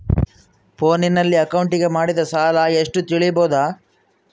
ಫೋನಿನಲ್ಲಿ ಅಕೌಂಟಿಗೆ ಮಾಡಿದ ಸಾಲ ಎಷ್ಟು ತಿಳೇಬೋದ?